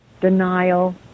denial